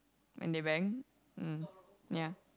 when they bang um ya